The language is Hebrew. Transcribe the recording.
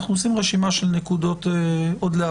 אנחנו עושים רשימת נקודות להבהרה.